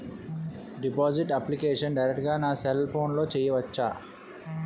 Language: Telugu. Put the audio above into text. డిపాజిట్ అప్లికేషన్ డైరెక్ట్ గా నా సెల్ ఫోన్లో చెయ్యచా?